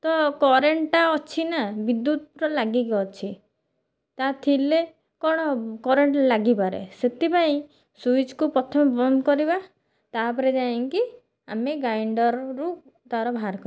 ତ କରେଣ୍ଟ୍ ଟା ଅଛି ନା ବିଦ୍ୟୁତ୍ ଟା ଲାଗିକି ଅଛି ତା ଥିଲେ କଣ କରେଣ୍ଟ୍ ଲାଗିପାରେ ସେଥିପାଇଁ ସୁଇଜ୍କୁ ପ୍ରଥମେ ବନ୍ଦ କରିବା ତା'ପରେ ଯାଇଁକି ଆମେ ଗ୍ରାଇଣ୍ଡର୍ ରୁ ତାର ବାହାରକରିବା